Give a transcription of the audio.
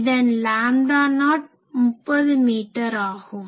இதன் lambda naught 30 metre ஆகும்